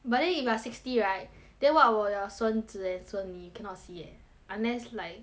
but then if you're like sixty right then what about your 孙子 and 孙女 cannot see leh unless like